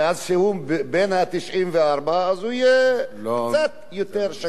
מאז שהוא בין ה-94 הוא נהיה קצת יותר שקט,